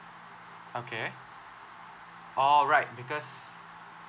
okay oh right because